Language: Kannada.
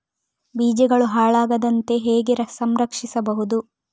ಬೀಜಗಳು ಹಾಳಾಗದಂತೆ ಹೇಗೆ ಸಂರಕ್ಷಿಸಬಹುದು?